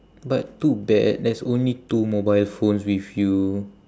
but too bad there's only two mobile phones with you